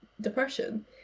depression